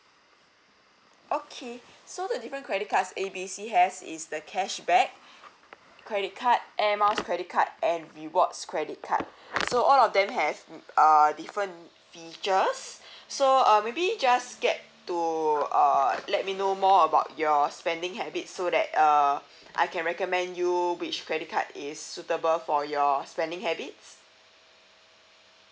okay so the different credit cards A B C has is the cashback credit card air miles credit card and rewards credit card so all of them have uh different features so uh maybe just get to uh let me know more about your spending habits so that uh I can recommend you which credit card is suitable for your spending habits